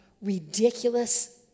ridiculous